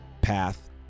path